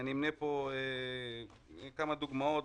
אני אמנה כאן כמה דוגמאות.